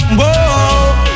whoa